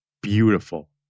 Beautiful